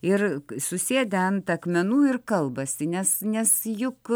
ir susėdę ant akmenų ir kalbasi nes nes juk